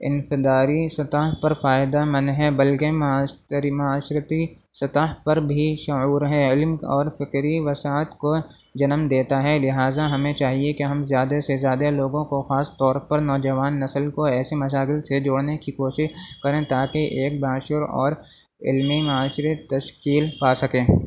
انفرادی سطح پر فائدہ مند ہے بلکہ معاشری معاشرتی سطح پر بھی شعور ہے علم اور فکری وساعت کو جنم دیتا ہے لہٰذا ہمیں چاہیے کہ ہم زیادہ سے زیادہ لوگوں کو خاص طور پر نوجوان نسل کو ایسے مشاغل سے جوڑنے کی کوشش کریں تاکہ ایک با شعور اور علمی معاشری تشکیل پا سکیں